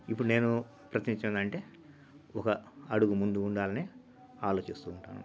ఇప్పుడు నేను ప్రతినిత్యం ఏంటంటే ఒక అడుగు ముందు ఉండాలనే ఆలోచిస్తూ ఉంటాను